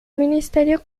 ministerio